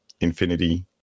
infinity